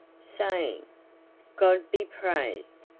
saying god be praised!